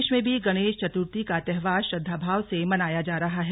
प्रदेश में भी गणेश चतुर्थी का त्योहार श्रद्धाभाव ने मनाया जा रहा है